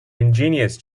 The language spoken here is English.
ingenious